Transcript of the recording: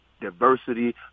diversity